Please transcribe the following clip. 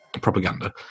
propaganda